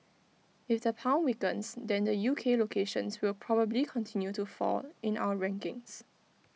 if the pound weakens then the U K locations will probably continue to fall in our rankings